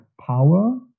power